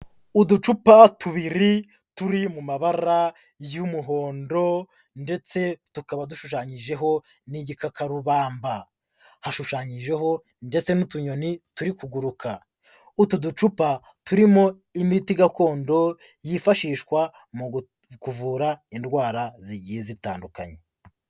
Uducupa tubiri turi mu mabara y'umuhondo ndetse tukaba dushushanyijeho n'igikakarubamba, hashushanyijeho ndetse n'utunyoni turi kuguruka, utu ducupa turimo imiti gakondo yifashishwa mu kuvura indwara zigiye zitandukanye.